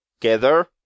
together